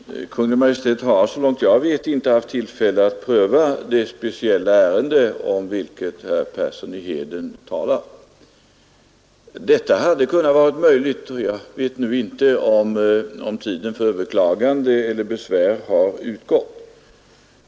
Herr talman! Kungl. Maj:t har så långt jag vet inte haft tillfälle att pröva det speciella ärende om vilket herr Persson i Heden talar. Detta hade kunnat vara möjligt — jag vet nu inte om tiden för överklagande eller besvär har utgått.